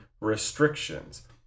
restrictions